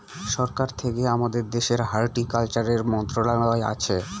সরকার থেকে আমাদের দেশের হর্টিকালচারের মন্ত্রণালয় আছে